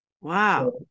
Wow